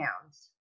pounds